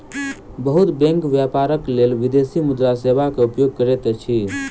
बहुत बैंक व्यापारक लेल विदेशी मुद्रा सेवा के उपयोग करैत अछि